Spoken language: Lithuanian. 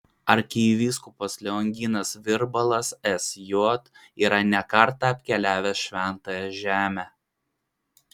arkivyskupas lionginas virbalas sj yra ne kartą apkeliavęs šventąją žemę